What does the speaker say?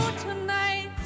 tonight